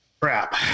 crap